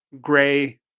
Gray